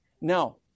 Now